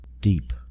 deep